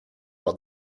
par